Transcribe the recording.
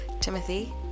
Timothy